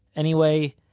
anyway,